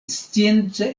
scienca